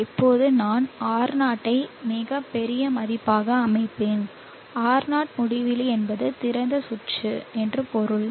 இப்போது நான் R0 ஐ மிகப் பெரிய மதிப்பாக அமைப்பேன் R0 முடிவிலி என்பது திறந்த சுற்று என்று பொருள்